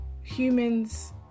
humans